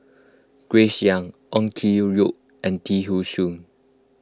Grace Young Ong Keng Yong and Lim thean Soo